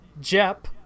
Jep